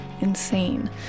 insane